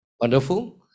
wonderful